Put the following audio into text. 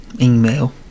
Email